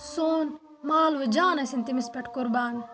سون مال و جان ٲسِن تٔمِس پٮ۪ٹھ قربان